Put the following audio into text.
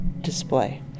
display